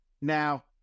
Now